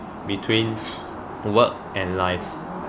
between work and life